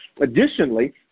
Additionally